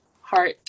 Heart